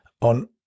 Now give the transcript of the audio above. on